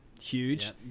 huge